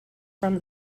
from